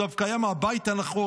הוא דווקא היה מהבית הנכון,